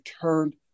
turned